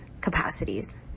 capacities